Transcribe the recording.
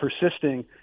persisting